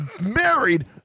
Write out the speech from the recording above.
married